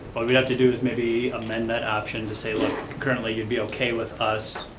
what we ought to do is maybe amend that option to say, look, currently you'd be okay with us,